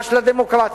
מקדש לדמוקרטיה,